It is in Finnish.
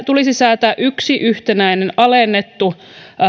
tulisi säätää yksi yhtenäinen alennettu